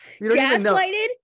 Gaslighted